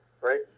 right